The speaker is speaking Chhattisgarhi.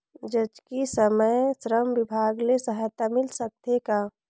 जचकी समय श्रम विभाग ले सहायता मिल सकथे का?